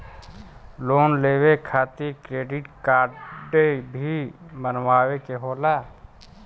Loan लेवे खातिर credit काडे भी बनवावे के होला?